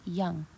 young